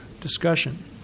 Discussion